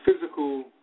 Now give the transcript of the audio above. physical